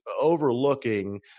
overlooking